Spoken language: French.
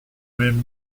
même